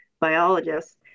biologists